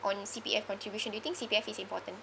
on C_P_F contribution do you think C_P_F is important